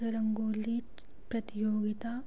रंगोली प्रतियोगिता